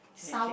can okay